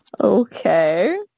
Okay